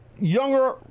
Younger